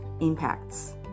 impacts